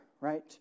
right